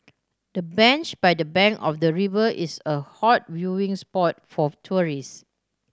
the bench by the bank of the river is a hot viewing spot for